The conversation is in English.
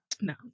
no